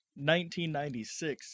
1996